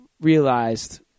realized